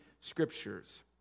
Scriptures